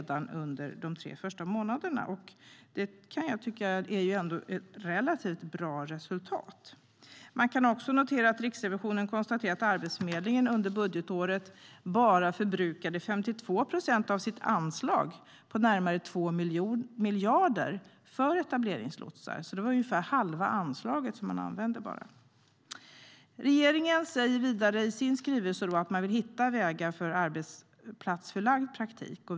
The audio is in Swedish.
Det tycker jag ändå är ett relativt bra resultat. Man kan också notera att Riksrevisionen konstaterar att Arbetsförmedlingen under budgetåret 2013 endast förbrukade 52 procent av sitt anslag på närmare 2 miljarder för etableringslotsar. Man använde alltså bara ungefär halva anslaget. Vidare säger regeringen i sin skrivelse att man vill hitta vägar för arbetsplatsförlagd praktik.